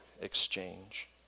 exchange